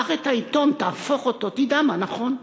קח את העיתון, תהפוך אותו, תדע מה נכון.